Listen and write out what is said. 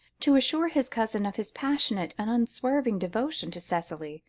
to assure his cousin of his passionate and unswerving devotion to cicely,